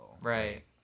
right